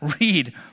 read